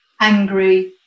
angry